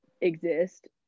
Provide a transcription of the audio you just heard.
exist